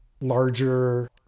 larger